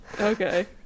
Okay